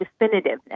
definitiveness